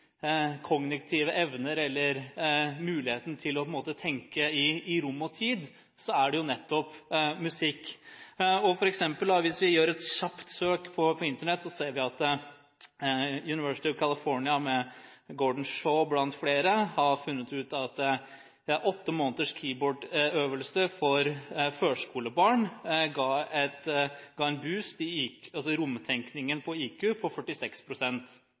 kognitive evner eller muligheten til å tenke i rom og tid, er det nettopp musikk. Hvis vi gjør et kjapt søk på Internett, ser vi at University of California, med Gordon Shaw, blant flere, har funnet ut at åtte måneders keyboard-øvelse for førskolebarn ga en «boost» i romtenkningen på IQ på